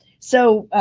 so,